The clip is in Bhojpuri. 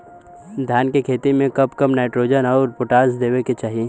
धान के खेती मे कब कब नाइट्रोजन अउर पोटाश देवे के चाही?